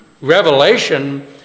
revelation